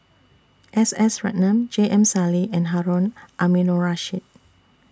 S S Ratnam J M Sali and Harun Aminurrashid